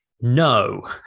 No